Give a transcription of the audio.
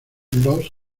los